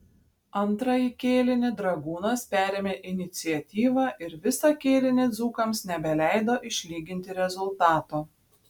antrąjį kėlinį dragūnas perėmė iniciatyvą ir visą kėlinį dzūkams nebeleido išlyginti rezultato